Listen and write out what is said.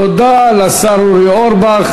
תודה לשר אורי אורבך.